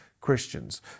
Christians